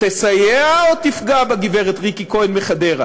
תסייע או תפגע בגברת ריקי כהן מחדרה,